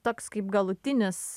toks kaip galutinis